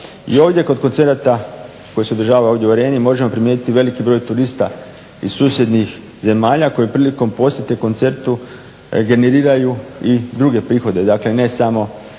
I ovdje kod koncerata koji se održava ovdje u Areni možemo primijetiti veliki broj turista iz susjednih zemalja koji prilikom posjete koncertu generiraju i druge prihode dakle ne utječu